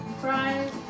fries